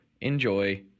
enjoy